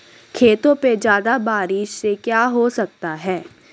खेतों पे ज्यादा बारिश से क्या हो सकता है?